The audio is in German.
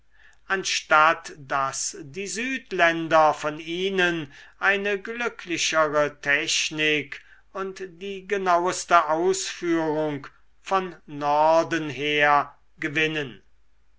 anstatt daß die südländer von ihnen eine glücklichere technik und die genauste ausführung von norden her gewinnen